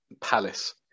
Palace